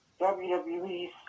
WWE